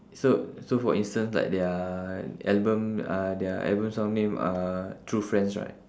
so so for instance like their album uh their album song name uh true friends right